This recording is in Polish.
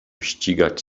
ścigać